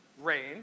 rain